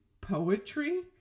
poetry